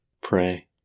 pray